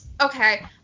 okay